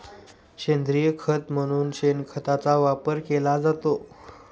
सेंद्रिय खत म्हणून शेणखताचा वापर केला जातो